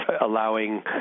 allowing